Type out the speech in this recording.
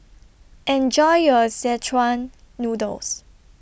Enjoy your Szechuan Noodles